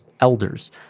elders